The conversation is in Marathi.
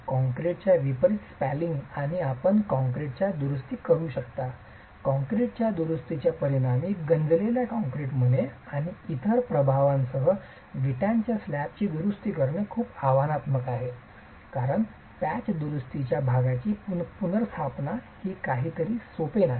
काँक्रीटच्या विपरीत स्पेलिंग आणि आपण कॉंक्रिटच्या दुरुस्ती करू शकता कंक्रीटच्या दुरूस्तीच्या परिणामी गंजलेल्या कॉंक्रिटमुळे आणि इतर प्रभावांसह विटांच्या स्लॅबची दुरुस्ती करणे खूप आव्हानात्मक आहे कारण पॅच दुरुस्तीच्या भागाची पुनर्स्थापना ही काहीतरी नाही सोपे आहे